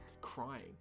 crying